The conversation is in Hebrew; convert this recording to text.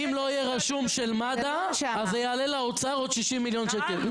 אם לא יהיה רשום של מד"א זה יעלה לאוצר עוד 60 מיליון שקל.